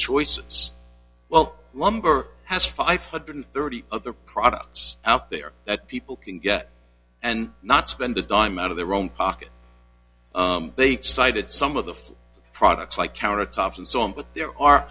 choices well lumber has five hundred and thirty other products out there that people can get and not spend a dime out of their own pocket they cited some of the products like countertops and so on but there are